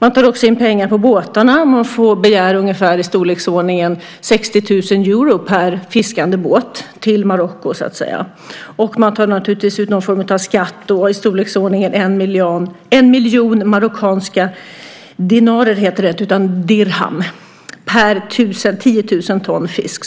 Man tar också in pengar på båtarna. Man begär i storleksordningen 60 000 euro per fiskande båt till Marocko. Man tar också ut någon form av skatt - ungefär 1 miljon marockanska dirham per 10 000 ton fisk.